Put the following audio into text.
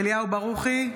אליהו ברוכי,